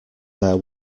there